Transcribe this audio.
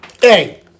hey